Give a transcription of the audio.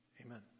Amen